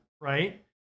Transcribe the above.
right